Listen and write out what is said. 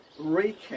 recap